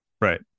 Right